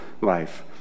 life